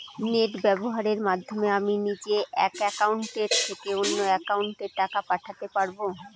Net ব্যবহারের মাধ্যমে আমি নিজে এক অ্যাকাউন্টের থেকে অন্য অ্যাকাউন্টে টাকা পাঠাতে পারব?